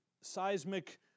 seismic